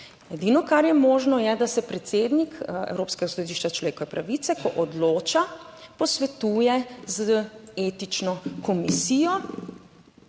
Edino, kar je možno, je, da se predsednik Evropskega sodišča za človekove pravice, ko odloča, posvetuje z etično komisijo,